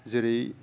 जेरै